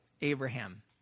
Abraham